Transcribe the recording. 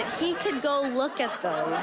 he could go look at